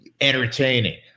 entertaining